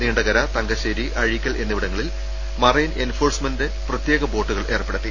നീണ്ടകര തങ്കശ്ശേരി അഴീക്കൽ എന്നിവിടങ്ങളിൽ marine enforcement പ്രത്യേക ബോട്ടുകൾ ഏർപ്പെടുത്തി